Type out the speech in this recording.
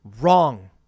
Wrong